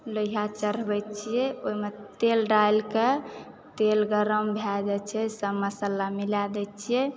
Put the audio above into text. लोहिया चढ़बै छिऐ ओहिमे तेल डालि कऽ तेल गरम भए जाइत छै तब मसाला मिला दए छिऐ